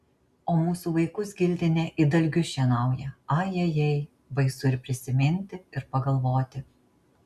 o mūsų vaikus giltinė it dalgiu šienauja ai ai ai baisu ir prisiminti ir pagalvoti